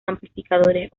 amplificadores